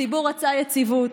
הציבור רצה יציבות,